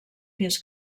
fins